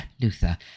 Luther